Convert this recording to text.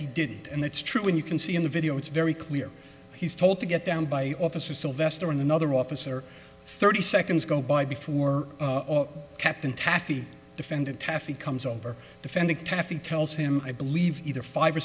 he did and that's true and you can see in the video it's very clear he's told to get down by officer sylvester and another officer thirty seconds go by before captain taffy defender taffy comes over defending taffy tells him i believe either five or